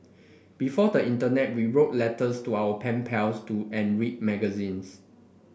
before the Internet we wrote letters to our pen pals to and read magazines